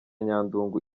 nyandungu